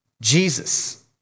Jesus